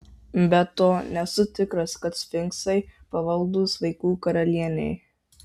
be to nesu tikras kad sfinksai pavaldūs vaikų karalienei